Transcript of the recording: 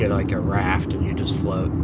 like, a raft, and you just float.